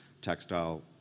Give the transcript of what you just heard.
textile